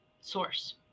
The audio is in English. source